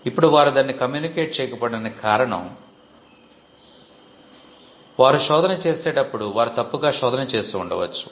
ఇప్పుడు వారు దానిని కమ్యూనికేట్ చేయకపోవటానికి కారణం వారు శోధన చేసేటప్పుడు వారు తప్పుగా శోధన చేసి ఉండవచ్చు